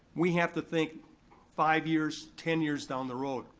we have to think five years, ten years down the road,